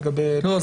לגבי -- לא,